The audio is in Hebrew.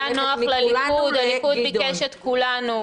כשהיה נוח לליכוד הליכוד ביקש את כולנו.